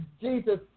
Jesus